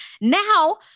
now